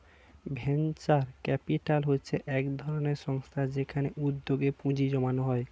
venture capital হচ্ছে একধরনের সংস্থা যেখানে উদ্যোগে পুঁজি জমানো হয়